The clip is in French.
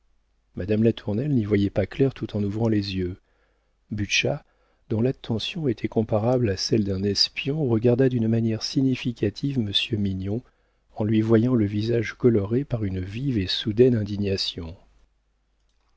dumay madame latournelle n'y voyait pas clair tout en ouvrant les yeux butscha dont l'attention était comparable à celle d'un espion regarda d'une manière significative monsieur mignon en lui voyant le visage coloré par une vive et soudaine indignation